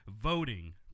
voting